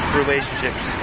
relationships